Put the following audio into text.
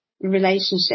relationship